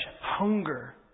hunger